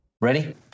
Ready